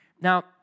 Now